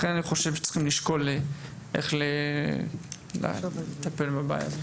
לכן, אני חושב שצריך לשקול איך לטפל בבעיה הזו.